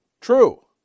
True